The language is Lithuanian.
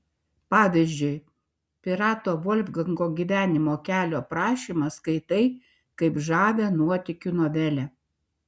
pavyzdžiui pirato volfgango gyvenimo kelio aprašymą skaitai kaip žavią nuotykių novelę